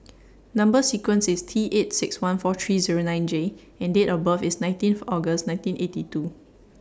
Number sequence IS T eight six one four three Zero nine J and Date of birth IS nineteen August nineteen eighty two